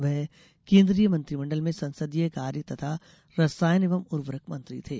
वह केंद्रीय मंत्रिमंडल में संसदीय कार्य तथा रसायन एवं उर्वरक मंत्री थे